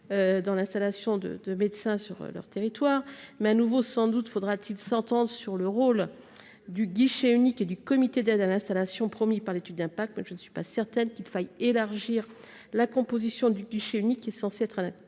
dans l'installation de médecins sur leur territoire. Mais, là aussi, il faudrait sans doute s'entendre au préalable sur le rôle du guichet unique et du comité d'aide à l'installation promis par l'étude d'impact. Je ne suis pas convaincue qu'il faille élargir la composition du guichet unique, qui est censé être un